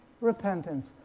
repentance